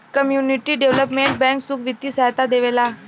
community development bank सुख बित्तीय सहायता देवेला